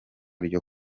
ryo